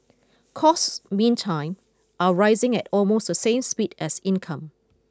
costs meantime are rising at almost the same speed as income